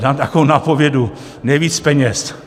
nějakou nápovědu... nejvíc peněz?